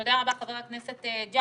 תודה רבה, חבר הכנסת ג'אבר.